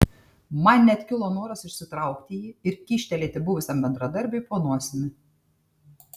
man net kilo noras išsitraukti jį ir kyštelėti buvusiam bendradarbiui po nosimi